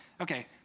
Okay